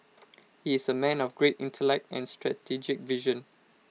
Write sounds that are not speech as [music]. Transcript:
[noise] he is A man of great intellect and strategic vision